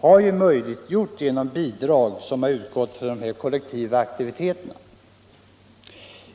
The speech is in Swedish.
har möjliggjorts genom de bidrag som utgått för de olika kollektiva aktiviteterna.